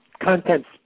content's